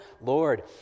Lord